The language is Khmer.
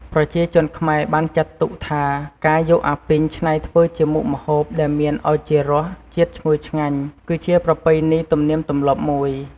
ប្រជាជនខ្មែរបានចាត់ទុកថា ការយកអាពីងច្នៃធ្វើជាមុខម្ហូបដែលមានឱជារសជាតិឈ្ងុយឆ្ងាញ់គឺជាប្រពៃណីទំនៀមទំលាប់មួយ។